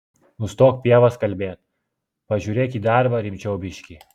nustok pievas kalbėt pažiūrėk į darbą rimčiau biškį